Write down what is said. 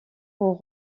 pour